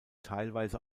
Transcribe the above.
teilweise